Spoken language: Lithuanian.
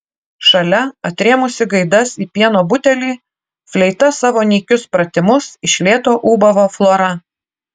šalia atrėmusi gaidas į pieno butelį fleita savo nykius pratimus iš lėto ūbavo flora